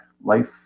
life